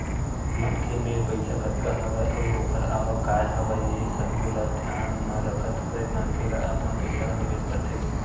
मनखे मेर पइसा कतका हवय अउ ओखर आवक काय हवय ये सब्बो ल धियान म रखत होय मनखे ह अपन पइसा ल निवेस करथे